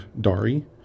Dari